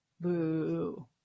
Boo